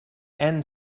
end